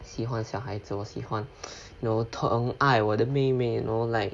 喜欢小孩子我喜欢 you know 疼爱我的妹妹 you know like